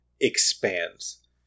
expands